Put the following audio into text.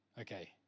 Okay